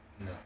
No